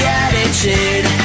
attitude